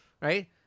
Right